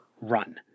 run